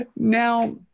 Now